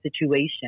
situation